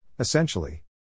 Essentially